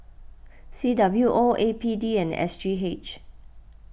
C W O A P D and S G H